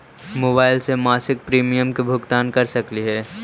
Mobile से मासिक premium के भुगतान कर सकली हे?